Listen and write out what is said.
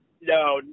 No